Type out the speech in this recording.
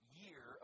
year